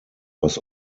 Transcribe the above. was